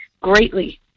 greatly